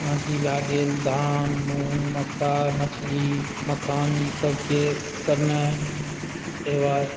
जेनाकि भए गेल धान मूँग मक्का मछली मखान ई सबके करनाइ ओहिके बाद